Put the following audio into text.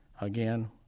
again